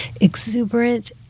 exuberant